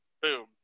Boom